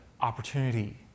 opportunity